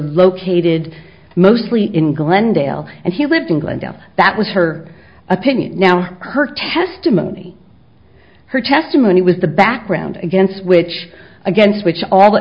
located mostly in glendale and he lived england and that was her opinion now her testimony her testimony was the background against which against which all